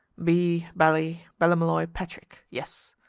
b bally ballymolloy-patrick yes,